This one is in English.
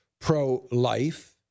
pro-life